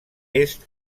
est